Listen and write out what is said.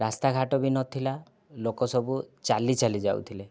ରାସ୍ତାଘାଟ ବି ନଥିଲା ଲୋକ ସବୁ ଚାଲି ଚାଲି ଯାଉଥିଲେ